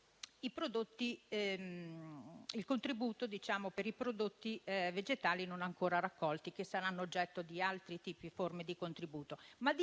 straordinario i prodotti vegetali non ancora raccolti, che saranno oggetto di altri tipi e forme di contributo. Saranno